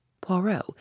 Poirot